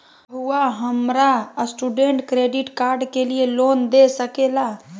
रहुआ हमरा student credit card के लिए लोन दे सके ला?